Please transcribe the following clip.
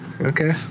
Okay